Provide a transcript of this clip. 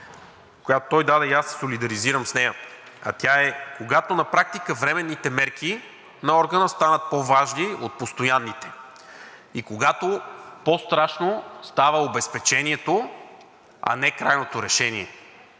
която той даде и аз се солидаризирам с нея, е следната: „Когато на практика временните мерки на органа станат по-важни от постоянните и когато по-страшно става обезпечението, а не крайното решение.“